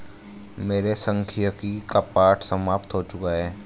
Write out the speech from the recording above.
मेरे सांख्यिकी का पाठ समाप्त हो चुका है